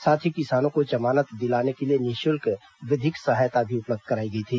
साथ ही किसानों को जमानत दिलाने के लिए निःशुल्क विधिक सहायता भी उपलब्ध कराई गई थी